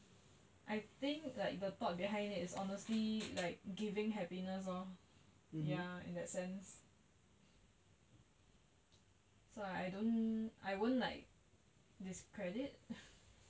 I think like the thought behind it is honestly like giving happiness lor ya in that sense so I don't I won't like discredit